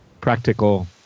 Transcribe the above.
practical